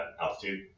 altitude